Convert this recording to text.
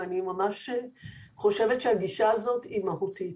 אני ממש חושבת שהגישה הזאת היא מהותית.